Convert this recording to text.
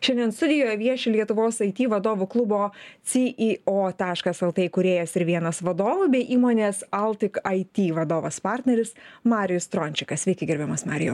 šiandien studijoj vieši lietuvos aiti vadovų klubo si i o taškas lt įkūrėjas ir vienas vadovų bei įmonės altik aiti vadovas partneris marijus strončikas sveiki gerbiamas marijau